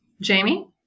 Jamie